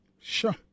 Sure